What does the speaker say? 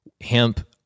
hemp